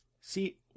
See